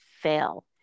fail